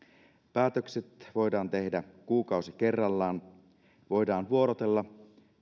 päätökset voidaan tehdä kuukausi kerrallaan voidaan vuorotella